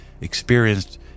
experienced